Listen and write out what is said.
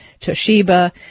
Toshiba